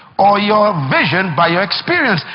or your vision by your experience.